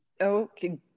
Okay